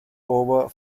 over